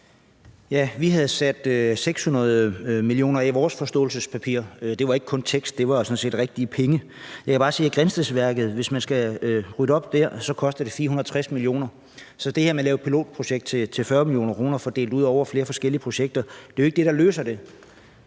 havde sat 600 mio. kr. af i vores forståelsespapir. Det var ikke kun tekst, det var sådan set rigtige penge. Jeg kan bare sige, at hvis man skal rydde op ved Grindstedværket, koster det 450 mio. kr. Så det her med at lave et pilotprojekt til 40 mio. kr. og fordele det ud over flere forskellige projekter, er jo ikke det, der løser det.